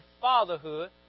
fatherhood